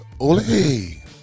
Ole